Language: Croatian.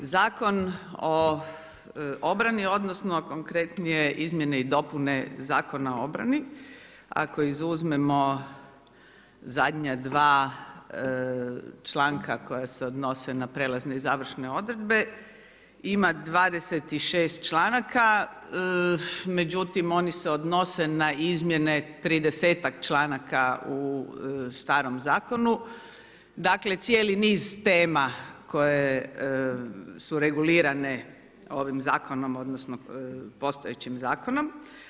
Zakon o obrani odnosno konkretnije izmjene i dopune Zakona o obrani, ako izuzmemo zadnja dva članka koja se odnose na prelazne i završne odredbe ima 26 članaka, međutim oni se odnose na izmjene tridesetak članaka u starom zakonu, dakle cijeli niz tema koje su regulirane ovim zakonom odnosno postojećim zakonom.